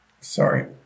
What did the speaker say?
sorry